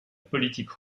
politique